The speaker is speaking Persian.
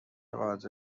قادر